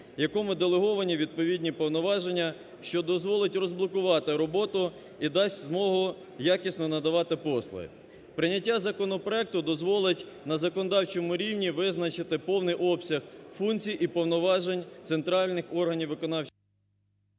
якому делеговані відповідні повноваження, що дозволить розблокувати роботу і дасть змогу якісно надавати послуги. Прийняття законопроекту дозволить на законодавчому рівні визначити повний обсяг функцій і повноважень центральних органів виконавчої…